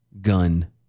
gun